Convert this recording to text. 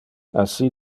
assi